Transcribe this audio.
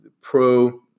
pro